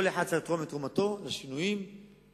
כל אחד צריך לתרום את תרומתו לשינויים הגדולים,